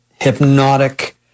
hypnotic